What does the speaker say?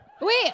Wait